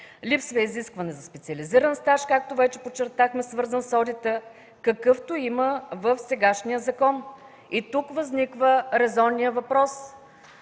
Липсва изискване за специализиран стаж, както вече подчертахме, свързан с одита, какъвто има в сегашния закон. И тук възниква резонният въпрос: